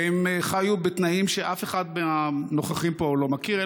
והם חיו בתנאים שאף אחד מהנוכחים פה לא מכיר,